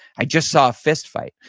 i just saw a fist fight.